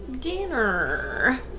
Dinner